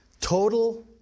Total